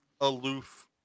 aloof